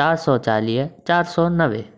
चारि सौ चालीह चारि सौ नवे